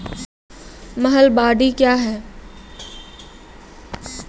महलबाडी क्या हैं?